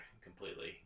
completely